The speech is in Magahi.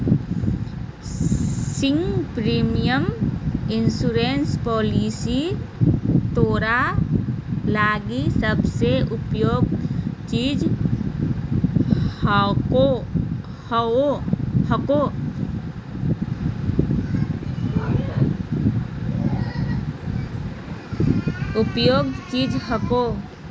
सिंगल प्रीमियम इंश्योरेंस पॉलिसी तोरा लगी सबसे उपयुक्त चीज हको